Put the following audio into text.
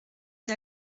une